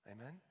Amen